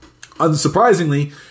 Unsurprisingly